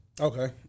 okay